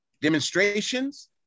demonstrations